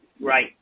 Right